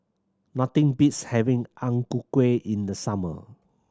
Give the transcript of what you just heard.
nothing beats having Ang Ku Kueh in the summer